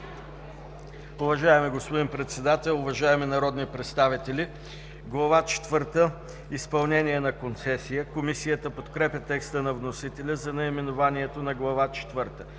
Уважаеми господин Председател, уважаеми народни представители! „Глава четвърта – Изпълнение на концесия“. Комисията подкрепя текста на вносителя за наименованието на Глава